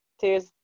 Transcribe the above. tears